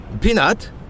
Peanut